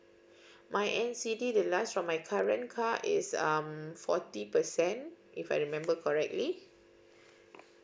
my N_C_D the last from my current car is um forty percent if I remember correctly